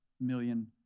million